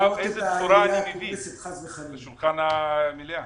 איזה בשורה אני מביא לשולחן המליאה?